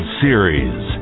series